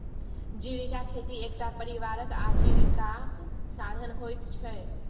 जीविका खेती एकटा परिवारक आजीविकाक साधन होइत छै